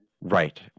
right